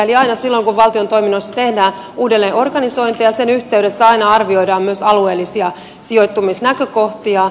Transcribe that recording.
eli silloin kun valtion toiminnoissa tehdään uudelleenorganisointeja sen yhteydessä aina arvioidaan myös alueellisia sijoittumisnäkökohtia